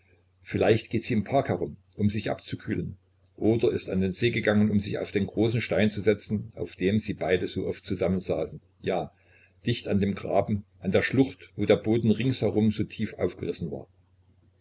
vielleicht geht sie im park herum um sich abzukühlen oder ist an den see gegangen um sich auf den großen stein zu setzen auf dem sie beide so oft zusammen saßen ja dicht an dem graben an der schlucht wo der boden ringsherum so tief aufgerissen war